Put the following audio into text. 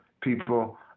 people